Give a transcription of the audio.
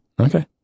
Okay